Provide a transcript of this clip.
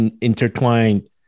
intertwined